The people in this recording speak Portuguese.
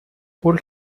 por